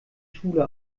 schule